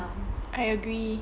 I agree